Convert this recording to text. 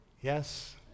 Yes